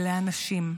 אלה אנשים,